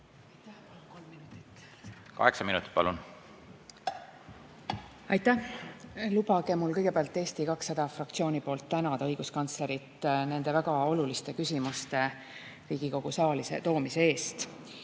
Aitäh! Aitäh! Lubage mul kõigepealt Eesti 200 fraktsiooni nimel tänada õiguskantslerit nende väga oluliste küsimuste Riigikogu saali toomise eest.